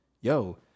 Yo